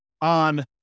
on